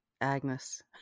agnes